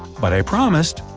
but i promised!